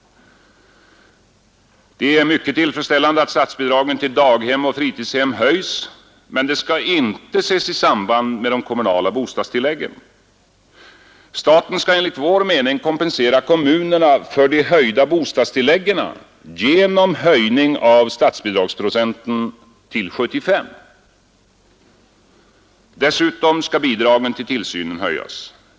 Det är mycket tillfredsställande att statsbidragen till daghem och fritidshem höjs, men detta skall inte ses i samband med de kommunala bostadstilläggen. Staten skall enligt vår mening kompensera kommunerna för de höjda bostadstilläggen genom en höjning av statsbidragsprocenten till 75. Dessutom skall bidragen till tillsynen höjas.